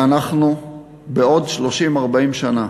שבעוד 30 40 שנה,